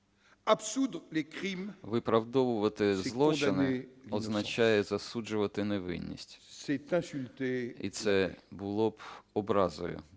"Виправдовувати злочини - означає засуджувати невинність". І це було б образою